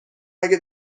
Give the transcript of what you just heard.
اگه